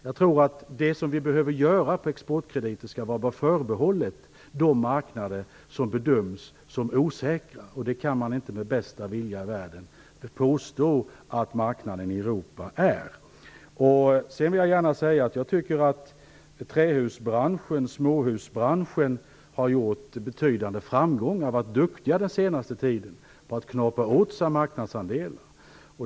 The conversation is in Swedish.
Jag tror att det som behöver göras när det gäller exportkrediten skall vara förbehållet de marknader som bedöms som osäkra. Dit kan man inte med den bästa vilja i världen påstå att marknaden i Europa hör. Jag vill gärna säga att jag tycker att trähus och småhusbranschen har haft betydande framgångar och att man den senaste tiden har varit duktig på att kapa åt sig marknadsandelar.